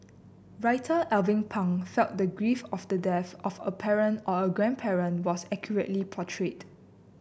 Writer Alvin Pang felt the grief of the death of a parent or a grandparent was accurately portrayed